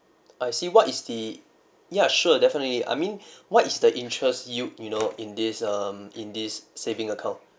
I see what is the ya sure definitely I mean what is the interest you you know in this um in this saving account